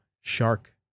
shark